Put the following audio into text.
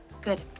Good